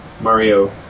Mario